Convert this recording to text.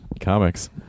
Comics